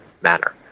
manner